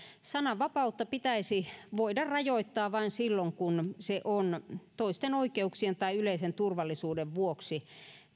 sananvapautta pitäisi voida rajoittaa vain silloin kun se on toisten oikeuksien tai yleisen turvallisuuden vuoksi